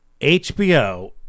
HBO